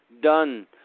done